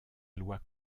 loi